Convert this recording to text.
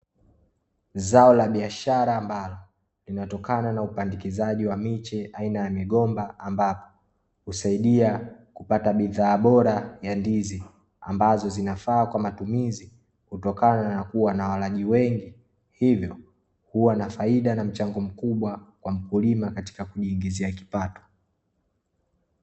Zao la biashara ambalo linatokana na upandikizaji wa miche, aina ya migomba, ambapo husaidia kupata bidhaa bora ya ndizi, ambazo zinafaa kwa matumizi kutokana na kuwa na walaji wengi , hivyo huwa na faida na mchango mkubwa kwa mkulima, katika kujiingizia kipato.